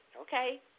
Okay